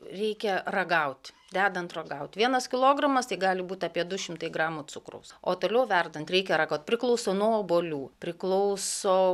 reikia ragaut dedant ragaut vienas kilogramas tai gali būt apie du šimtai gramų cukraus o toliau verdant reikia ragaut priklauso nuo obuolių priklauso